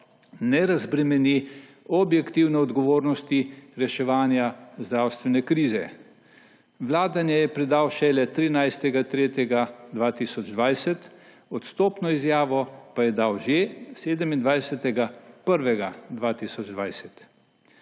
ne razbremeni objektivne odgovornosti reševanja zdravstvene krize. Vladanje je predal šele 13. 3. 2020, odstopno izjavo pa je dal že 27. 1. 2020.